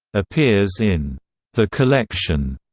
appears in the collection,